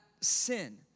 sin